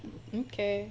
okay